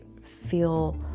feel